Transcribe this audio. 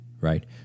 Right